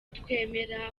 twemera